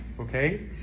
Okay